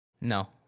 No